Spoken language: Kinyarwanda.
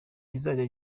kizajya